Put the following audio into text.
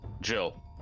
Jill